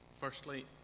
Firstly